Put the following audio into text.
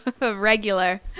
regular